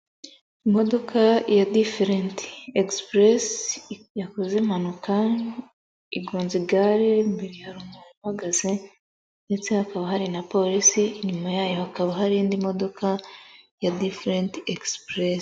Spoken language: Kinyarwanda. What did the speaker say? Imodoka ya diferenti, egisipuresi yakoze impanuka, igonze igare imbere hari umuntu uhagaze, ndetse hakaba hari na polisi inyuma yayo hakaba hari indi modoka, diferenti egisipuresi.